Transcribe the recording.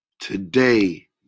Today